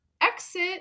exit